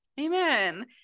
Amen